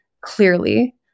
clearly